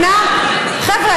חבר'ה,